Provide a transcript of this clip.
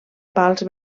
pals